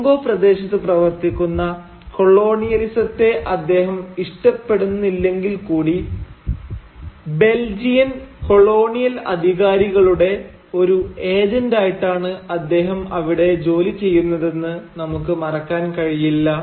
Congo പ്രദേശത്ത് പ്രവർത്തിക്കുന്ന കോളോണിയലിസത്തെ അദ്ദേഹം ഇഷ്ടപ്പെടുന്നില്ലെങ്കിൽ കൂടി ബെൽജിയൻ കോളോണിയൽ അധികാരികളുടെ ഒരു ഏജന്റായിട്ടാണ് അദ്ദേഹം അവിടെ ജോലി ചെയ്യുന്നതെന്ന് നമുക്ക് മറക്കാൻ കഴിയില്ല